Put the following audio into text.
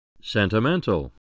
Sentimental